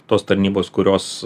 tos tarnybos kurios